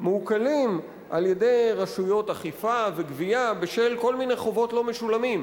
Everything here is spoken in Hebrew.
מעוקלים על-ידי רשויות אכיפה וגבייה בשל כל מיני חובות לא משולמים.